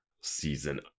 season